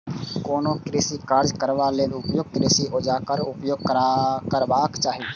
कोनो कृषि काज करबा लेल उपयुक्त कृषि औजारक उपयोग करबाक चाही